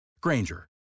Granger